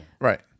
Right